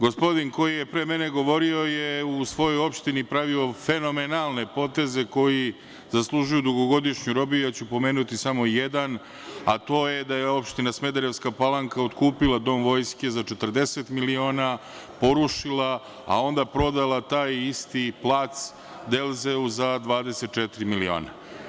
Gospodin koji je pre mene govorio je u svojoj opštini pravio fenomenalne poteze koji zaslužuju dugogodišnju robiju, ja ću pomenuti samo jedan, a to je da je opština Smederevska Palanka otkupila Dom vojske za 40 miliona, porušila, a onda prodala taj isti plac „Delhaize“ za 24 miliona.